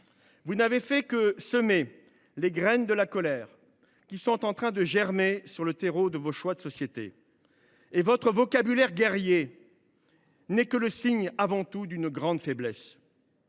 Vous n’avez fait que semer les graines de la colère ; elles sont en train de germer sur le terreau de vos choix de société. Votre vocabulaire guerrier est avant tout le signe d’une grande faiblesse.